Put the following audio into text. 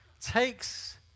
takes